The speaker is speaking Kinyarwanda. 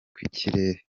bw’ikirere